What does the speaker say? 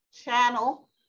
channel